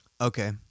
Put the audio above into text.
okay